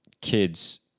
kids